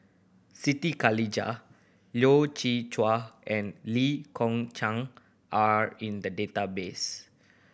Siti Khalijah Loy Chye Chuan and Lee Kong Chian are in the database